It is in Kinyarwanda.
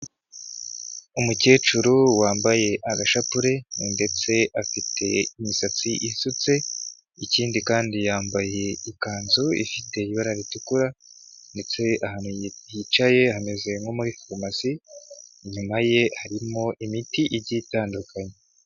Umukecuru wambaye agashapuri ndetse afite imisatsi isutse, ikindi kandi yambaye ikanzu ifite ibara ritukura, ndetse ahantu yicaye hameze nko muri farumasi. Inyuma ye harimo imiti igiye itandukanye.